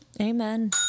amen